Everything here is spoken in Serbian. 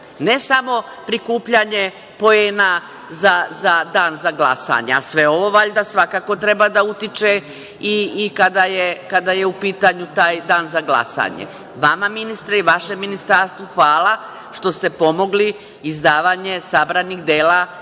ne samo prikupljanje poena za dan za glasanje, a sve ovo valjda svakako treba da utiče i kada je u pitanju taj dan za glasanje. Vama ministre i vašem ministarstvu hvala što ste pomogli izdavanje sabranih dela